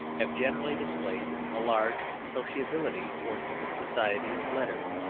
have generally displayed a large sociability towards the society of letters,